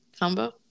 Combo